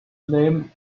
name